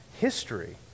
history